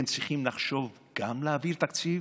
אתם צריכים לחשוב גם על להעביר תקציב